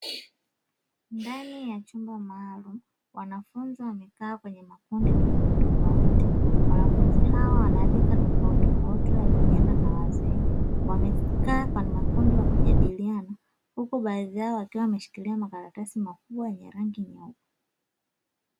Ndani ya chumba maalumu, wanafunzi wamekaa kwenye makundi tofautitofauti. wanafunzi hawa wana rika tofautitofauti ya vijana na wazee. Wamekaa kwa makundi wakijadiliana, huku baadhi yao wameshikilia makaratasi makubwa yenye rangi nyeupe.